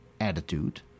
attitude